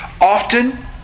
Often